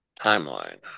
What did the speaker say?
timeline